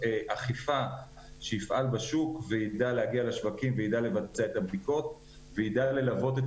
אכיפה שיפעל בשוק ויידע להגיע לשווקים ולבצע את הבדיקות ויידע ללוות את